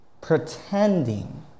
Pretending